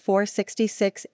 466